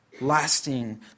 Lasting